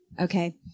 okay